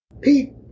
Pete